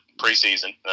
preseason